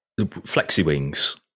Flexi-wings